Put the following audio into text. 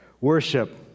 worship